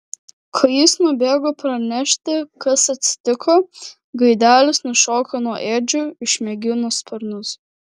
kai jis nubėgo pranešti kas atsitiko gaidelis nušoko nuo ėdžių išmėgino sparnus